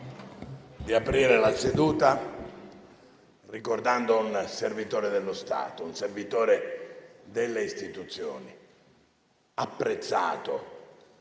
grazie.